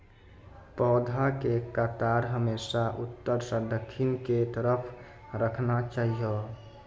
पौधा के कतार हमेशा उत्तर सं दक्षिण के तरफ राखना चाहियो